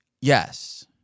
Yes